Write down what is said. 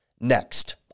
next